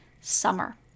summer